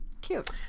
Cute